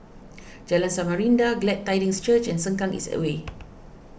Jalan Samarinda Glad Tidings Church and Sengkang East Way